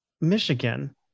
Michigan